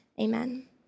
Amen